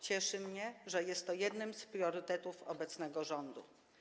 Cieszy mnie, że jest to jednym z priorytetów obecnego rządu.